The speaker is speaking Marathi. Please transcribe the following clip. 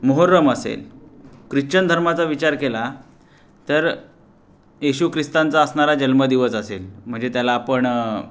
मोहरम असेल ख्रिच्चन धर्माचा विचार केला तर येशू ख्रिस्तांचा असणारा जन्मदिवस असेल म्हणजे त्याला आपण